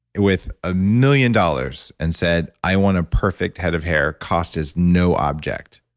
with a million dollars and said, i want a perfect head of hair, cost is no object,